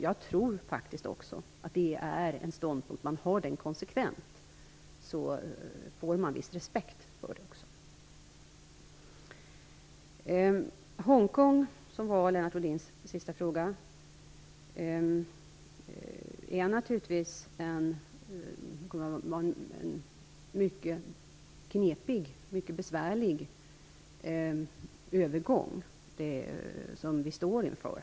Jag tror faktiskt också att om man intar den ståndpunkten konsekvent, så får man viss respekt för den. När det gäller Hongkong, som Lennart Rohdin tog upp som sista fråga, står vi naturligtvis inför en mycket besvärlig övergång.